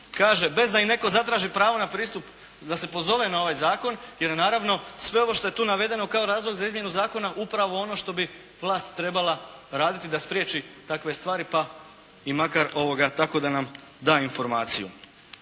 kaže, bez da im netko zatraži pravo na pristup da se pozove na ovaj zakon, jer naravno sve ovo što je tu navedeno kao razlog za izmjenu zakona upravo ono što bi vlast trebala raditi da spriječi takve stvari, pa i makar tako da nam da informaciju.